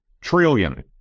trillion